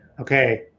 Okay